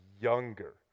younger